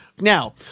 Now